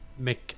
Mick